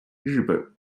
日本